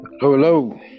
Hello